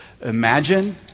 Imagine